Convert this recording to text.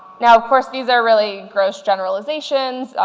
now of course these are really gross generalizations.